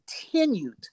continued